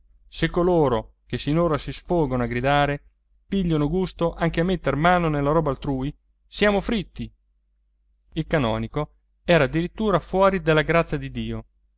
se coloro che sinora si sfogano a gridare pigliano gusto anche a metter mano nella roba altrui siamo fritti il canonico era addirittura fuori della grazia di dio